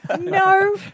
no